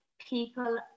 people